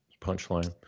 punchline